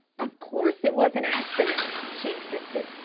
of course it was an accident, she insisted,